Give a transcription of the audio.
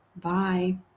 Bye